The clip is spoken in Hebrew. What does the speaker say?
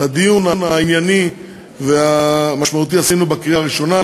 את הדיון הענייני והמשמעותי עשינו בקריאה הראשונה,